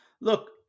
look